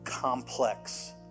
complex